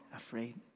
afraid